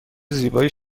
زیبای